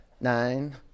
nine